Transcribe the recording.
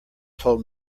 told